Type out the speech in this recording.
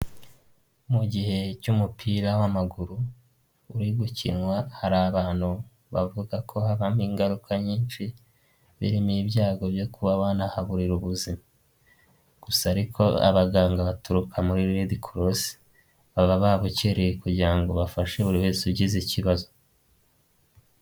Mu gihe cy'umupira w'amaguru, uri gukinwa hari abantu bavuga ko habamo ingaruka nyinshi, birimo ibyago byo kuba banahaburira ubuzima, gusa ariko abaganga baturuka muri Red cross, baba babukereye kugira ngo bafashe buri wese ugize ikibazo.